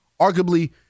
Arguably